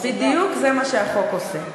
בדיוק זה מה שהחוק עושה.